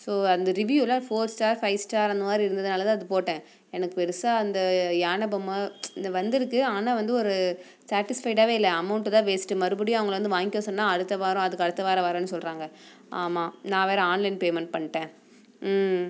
so அந்த ரிவ்யூலாம் four star five star அந்த மாதிரி இருந்ததுனால் தான் அது போட்டேன் எனக்கு பெருசாக அந்த யானை பொம்மை வந்துருக்குது ஆனால் வந்து ஒரு சாட்டிஸ்ஃபைடாகவே இல்லை அமௌண்ட்டு தான் வேஸ்ட்டு மறுபடியும் அவங்களை வந்து வாங்கிக்க சொன்னால் அடுத்த வாரம் அதுக்கு அடுத்த வாரம் வரேன்னு சொல்கிறாங்க ஆமாம் நான் வேறு ஆன்லைன் பேமெண்ட் பண்ணிட்டேன் ம்